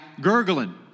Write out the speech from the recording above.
gurgling